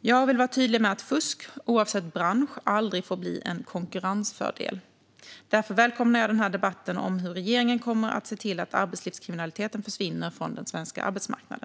Jag vill vara tydlig med att fusk, oavsett bransch, aldrig får bli en konkurrensfördel. Därför välkomnar jag denna debatt om hur regeringen ska se till att arbetslivskriminaliteten försvinner från den svenska arbetsmarknaden.